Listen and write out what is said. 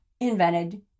invented